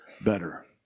better